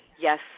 yes